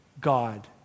God